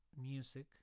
music